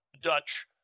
Dutch